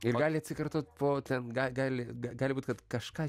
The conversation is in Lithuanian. ir gali atsikartot po ten gal gali gal gali būti kad kažką